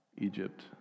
Egypt